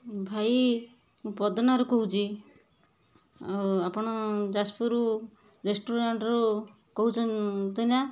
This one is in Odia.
ଭାଇ ମୁଁ ପଦନାରୁ କହୁଚି ଆଉ ଆପଣ ଯାଜପୁରରୁ ରେଷ୍ଟ୍ରୁରାଣ୍ଟରୁ କହୁଛନ୍ତିନା